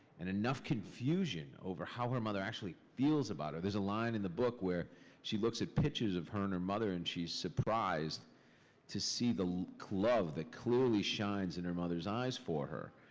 and enough confusion over how her mother actually feels about her. there's a line in the book where she looks at pictures of her and her mother, and she's surprised to see the love that clearly shines in her mother's eyes for her.